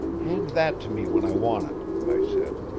hand that to me when i want it, i said.